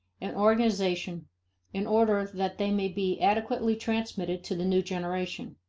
and organization in order that they may be adequately transmitted to the new generation.